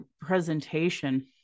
presentation